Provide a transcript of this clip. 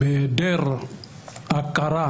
בהיעדר הכרה